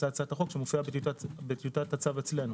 להצעת החוק שמופיעה בטיוטת הצו אצלנו.